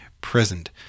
present